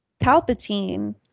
palpatine